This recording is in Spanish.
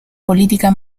política